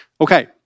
Okay